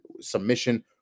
submission